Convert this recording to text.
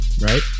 Right